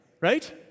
Right